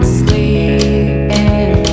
sleeping